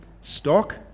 stock